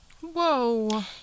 whoa